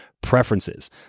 preferences